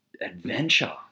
adventure